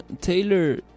Taylor